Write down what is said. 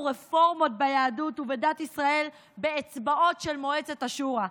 רפורמות ביהדות ובדת ישראל באצבעות של מועצת השורא.